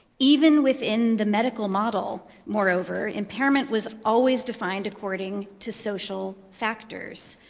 even within the medical model, moreover, impairment was always defined according to social factors,